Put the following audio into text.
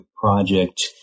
project